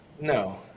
No